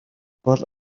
бол